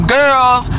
girls